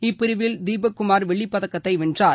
இப்பிரிவில் தீபக் குமார் வெள்ளிப் பதக்கத்தை வென்றார்